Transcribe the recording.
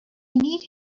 need